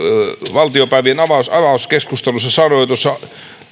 valtiopäivien avauskeskustelussa sanoi tuossa